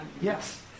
Yes